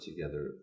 together